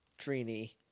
Trini